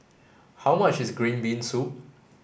how much is green bean soup